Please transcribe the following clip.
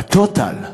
ב-total,